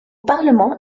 parlement